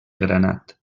granat